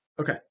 Okay